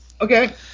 Okay